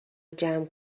جمع